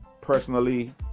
Personally